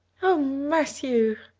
oh, matthew!